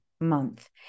month